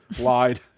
lied